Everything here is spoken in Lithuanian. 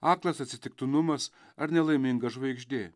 aklas atsitiktinumas ar nelaiminga žvaigždė